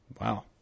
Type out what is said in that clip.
Wow